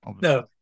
No